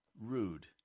rude